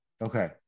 okay